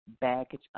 baggage